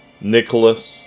Nicholas